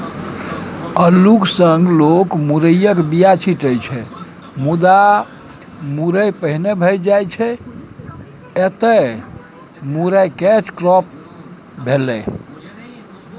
अल्लुक संग लोक मुरयक बीया छीटै छै मुदा मुरय पहिने भए जाइ छै एतय मुरय कैच क्रॉप भेलै